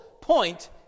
point